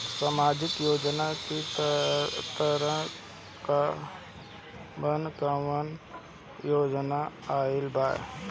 सामाजिक योजना के तहत कवन कवन योजना आइल बा?